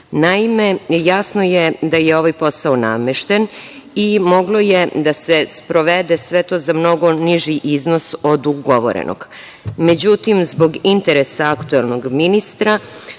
Naime, jasno je da je ovaj posao namešten i moglo je da se sprovede sve to za mnogo niži iznos od ugovorenog.